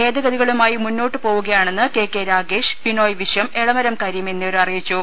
ഭേദഗതികളുമായി മുന്നോട്ട് പോവുകയാണെന്ന് K K Rakesh Binoy Viswam Elamaram Kareem എന്നിവർ അറിയിച്ചു